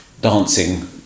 dancing